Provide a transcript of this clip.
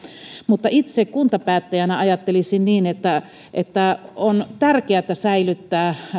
mutta itse kuntapäättäjänä ajattelisin niin että että on tärkeätä säilyttää